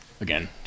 again